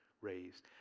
raised